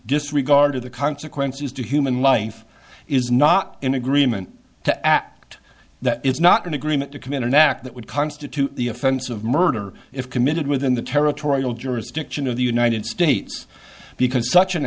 disregard of the consequences to human life is not an agreement to act that is not going to greenock to commit an act that would constitute the offense of murder if committed within the territorial jurisdiction of the united states because such an